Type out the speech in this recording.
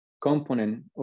component